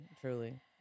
truly